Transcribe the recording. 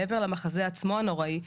מעבר למחזה עצמו הנוראי,